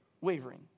wavering